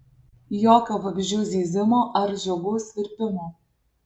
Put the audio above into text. jokio vabzdžių zyzimo ar žiogų svirpimo